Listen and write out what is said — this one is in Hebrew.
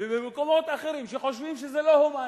ובמקומות אחרים שחושבים שזה לא הומני.